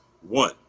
One